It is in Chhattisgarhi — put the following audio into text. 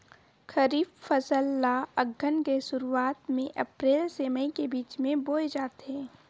खरीफ फसल ला अघ्घन के शुरुआत में, अप्रेल से मई के बिच में बोए जाथे